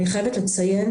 אני חייבת לציין,